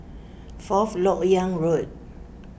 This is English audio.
Fourth Lok Yang Road